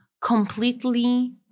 completely